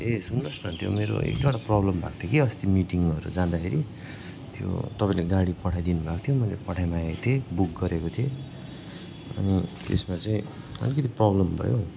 ए सुन्नोहोस् न त्यो मेरो एकदुईवटा प्रब्लम भएको थियो कि अस्ति मिटिङहरू जाँदाखेरि त्यो तपाईँले गाडी पठाइदिनु भएको थियो मैले पठाइ मागेको थिएँ बुक गरेको थिएँ अनि त्यसमा चाहिँ अलिकति प्रब्लम भयो